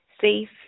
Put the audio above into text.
safe